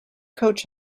coach